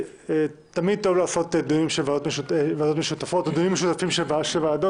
תמיד טוב לעשות דיונים משותפים של ועדות,